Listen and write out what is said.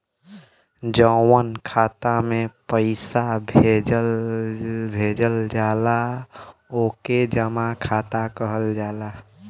जउन खाता मे पइसा भेजल जाला ओके जमा खाता कहल जाला